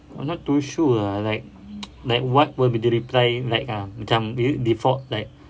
I'm not too sure ah like like what will be the reply like ah macam de~ default like